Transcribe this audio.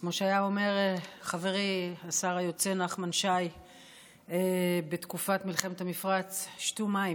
כמו שהיה אומר חברי השר היוצא נחמן שי בתקופת מלחמת המפרץ: שתו מים,